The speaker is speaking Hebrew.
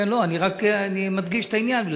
אני מדגיש את העניין,